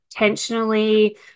intentionally